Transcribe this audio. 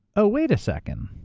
oh wait a second,